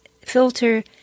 filter